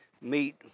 meet